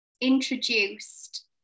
introduced